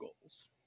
goals